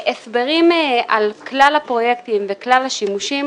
הסברים על כלל הפרויקטים וכלל השימושים